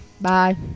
Bye